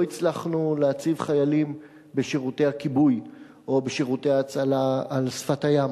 הצלחנו להציב חיילים בשירותי הכיבוי או בשירותי ההצלה על שפת הים,